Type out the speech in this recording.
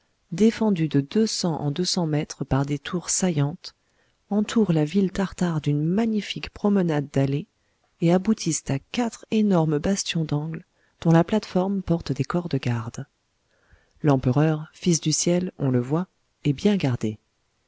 défendue de deux cents en deux cents mètres par des tours saillantes entourent la ville tartare d'une magnifique promenade dallée et aboutissent à quatre énormes bastions d'angle dont la plate-forme porte des corps de garde l'empereur fils du ciel on le voit est bien gardé